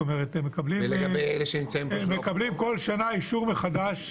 הם מקבלים בכל שנה אישור מחדש.